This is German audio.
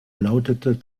lautete